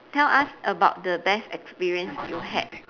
tell us about the best experience you had